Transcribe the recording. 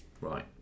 right